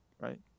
right